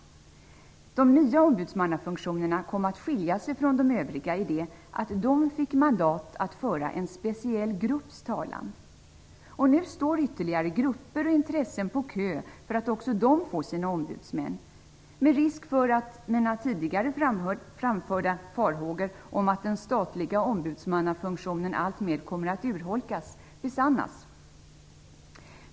De nya ombudsmannafunktionerna kom att skilja sig från de övriga, i det att de fick mandat att föra en speciell grupps talan. Nu står ytterligare grupper och intressen på kö för att också de få sina ombudsmän - med risk för att mina tidigare framförda farhågor, om att den statliga ombudsmannafunktionen alltmer kommer att urholkas, blir besannade.